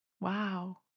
Wow